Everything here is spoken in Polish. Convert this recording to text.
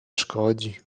szkodzi